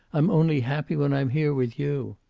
i'm only happy when i'm here with you.